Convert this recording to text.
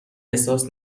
احساس